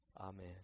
Amen